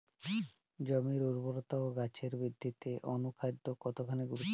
জমির উর্বরতা ও গাছের বৃদ্ধিতে অনুখাদ্য কতখানি গুরুত্বপূর্ণ?